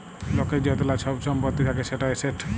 লকের য্তলা ছব ছম্পত্তি থ্যাকে সেট এসেট